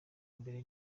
mbere